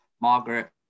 Margaret